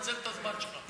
נצל את הזמן שלך.